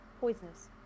poisonous